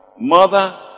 mother